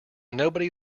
nobody